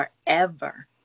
forever